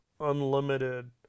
unlimited